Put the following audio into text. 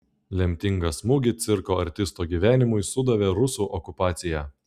lemtingą smūgį cirko artistų gyvenimui sudavė rusų okupacija